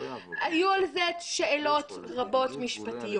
היו על זה שאלות רבות משפטיות.